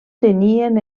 tenien